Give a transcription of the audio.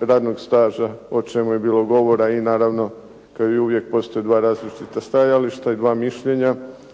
radog staža o čemu je bilo govora i naravno kao i uvijek postoje dva različita stajališta i dva mišljenja